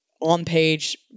on-page